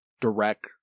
direct